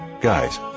Guys